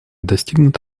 достигнут